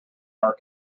our